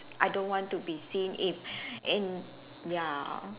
I don't want to be seen if in ya